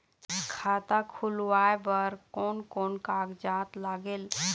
खाता खुलवाय बर कोन कोन कागजात लागेल?